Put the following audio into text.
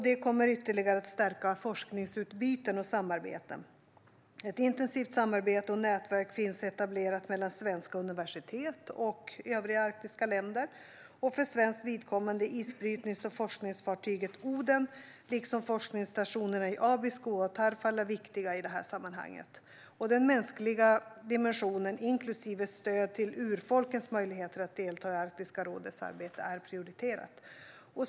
Det kommer att ytterligare stärka forskningsutbyten och samarbeten. Ett intensivt samarbete och nätverk finns etablerat mellan svenska universitet och övriga arktiska länder. För svenskt vidkommande är isbrytnings och forskningsfartyget Oden liksom forskningsstationerna i Abisko och Tarfala viktiga i detta sammanhang. Den mänskliga dimensionen, inklusive stöd till urfolkens möjligheter att delta i Arktiska rådets arbete, är prioriterad.